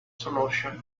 solution